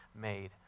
made